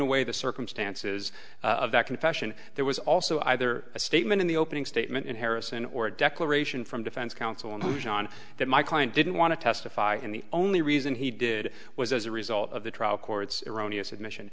away the circumstances of that confession there was also either a statement in the opening statement in harrison or a declaration from defense counsel and john that my client didn't want to testify in the only reason he did was as a result of the trial court's erroneous admission